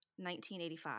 1985